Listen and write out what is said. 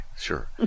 Sure